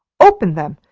open them!